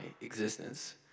existence